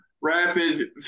rapid